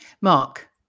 Mark